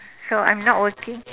so I'm not working